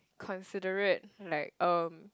considerate like um